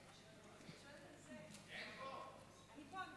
אני פה.